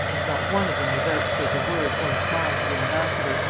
and not one of them would vouchsafe a word or a smile to the ambassador,